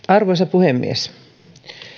arvoisa puhemies